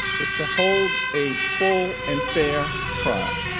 is to hold a full and fair trial